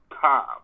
time